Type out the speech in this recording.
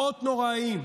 נוראיים,